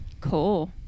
Cool